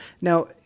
Now